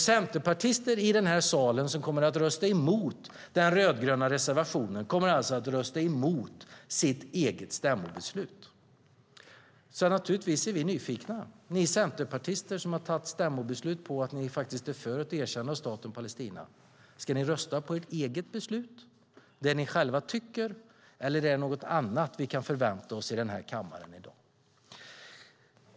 Centerpartister i den här salen som kommer att rösta emot den rödgröna reservationen kommer alltså att rösta emot sitt eget stämmobeslut. Därför är vi naturligtvis nyfikna på om ni centerpartister som har ett stämmobeslut på att ni faktiskt är för ett erkännande av staten Palestina ska rösta för ert eget beslut, det som ni själva tycker, eller om det är något annat som vi kan förvänta oss i den här kammaren i dag.